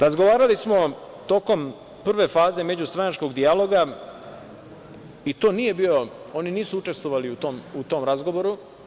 Razgovarali smo tokom prve faze međustranačkog dijaloga i oni nisu učestvovali u tom razgovoru.